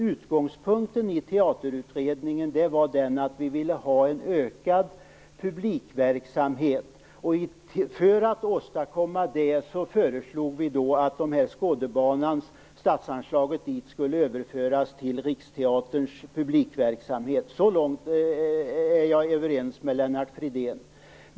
Utgångspunkten för Teaterutredningen var att man ville ha en ökad publikverksamhet. För att åstadkomma det föreslogs att statsanslaget till Skådebanan skulle överföras till Riksteaterns publikverksamhet. Så långt är jag överens med Lennart Fridén.